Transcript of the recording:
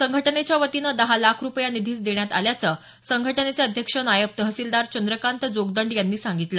संघटनेच्या वतीनं दहा लाख रूपये या निधीस देण्यात आल्याचं संघटनेचे अध्यक्ष नायब तहसीलदार चंद्रकांत जोगदंड यांनी सांगितलं